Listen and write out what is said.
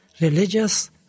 religious